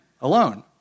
alone